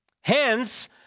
Hence